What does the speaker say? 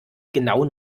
genauen